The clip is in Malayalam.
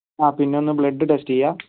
ആ പിന്നെയൊന്ന് ബ്ലഡ് ടെസ്റ്റ് ചെയ്യുക